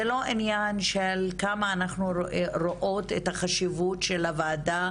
זה לא עניין של כמה אנחנו רואות את החשיבות של הוועדה,